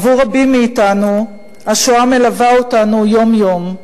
עבור רבים מאתנו השואה מלווה אותנו יום-יום,